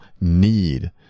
need